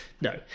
No